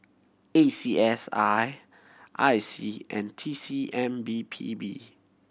A C S I I C and T C M B P B